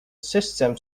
system